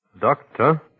Doctor